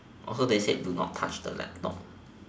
also they said do not touch the laptop